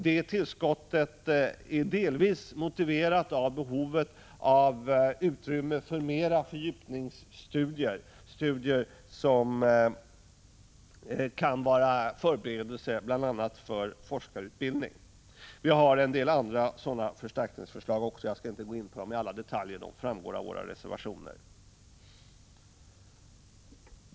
Det tillskottet är delvis motiverat av behovet av mera utrymme för fördjupningsstudier, dvs. studier som kan vara förberedelse bl.a. för forskarutbildning. Vi har en del andra sådana förstärkningsförslag också, och jag skall inte gå in på dem i alla detaljer. De framgår av våra reservationer.